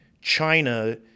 China